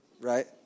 right